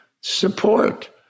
support